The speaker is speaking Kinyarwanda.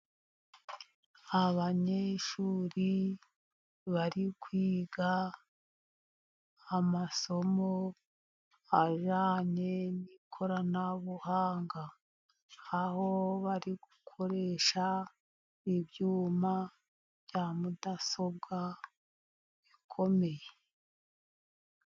Abanyeshuri bari kwiga amasomo ajyanye n'ikoranabuhanga, aho bari gukoresha ibyuma bya mudasobwa bikomeye.